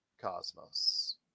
cosmos